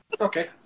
Okay